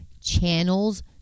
channels